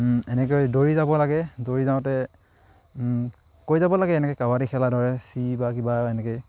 এনেকৈ দৌৰি যাব লাগে দৌৰি যাওঁতে কৈ যাব লাগে এনেকে কাবাডী খেলা ধৰে চি বা কিবা এনেকে